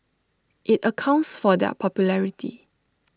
IT accounts for their popularity